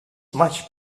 much